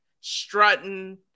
strutting